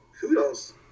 kudos